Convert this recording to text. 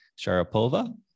Sharapova